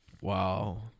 Wow